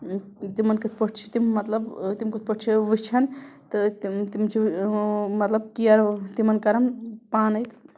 تِمَن کٕتھ پٲٹھۍ چھِ تِم مطلب تِم کٕتھ پٲٹھۍ چھِ وٕچھان تہٕ تِم تِم چھِ مطلب کِیَر تِمَن کَران پانَے